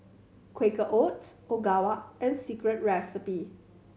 Quaker Oats Ogawa and Secret Recipe